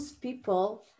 people